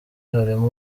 harimo